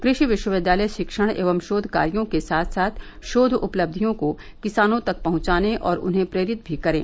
कृषि विश्वविद्यालय शिक्षण एवं शोध कार्यो के साथ साथ शोध उपलब्धियों को किसानों तक पहचाने और उन्हें प्रेरित भी करें